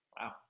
Wow